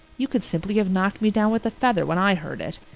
you could simply have knocked me down with a feather when i heard it.